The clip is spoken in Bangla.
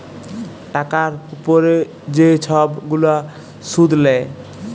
টাকার উপরে যে ছব গুলা সুদ লেয়